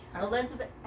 Elizabeth